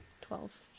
Twelve